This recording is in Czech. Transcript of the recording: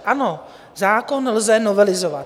Ano, zákon lze novelizovat.